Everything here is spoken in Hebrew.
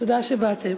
תודה שבאתם.